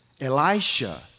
Elisha